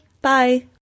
Bye